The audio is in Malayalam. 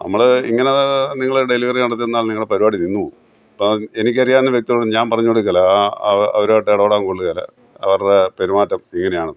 നമ്മൾ ഇങ്ങനെ നിങ്ങൾ ഡെലിവറി നടത്തുന്നതെങ്കിൽ നിങ്ങളുടെ പരിപാടി നിന്നു പോകും അപ്പോൾ എനിക്കറിയാവുന്ന വ്യക്തികളോട് ഞാൻ പറഞ്ഞു കൊടുക്കില്ലേ ആ അവരുമായിട്ട് ഇടപെടാൻ കൊള്ളുകയില്ല അവരുടെ പെരുമാറ്റം ഇങ്ങനെയാണ്